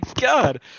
god